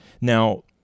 Now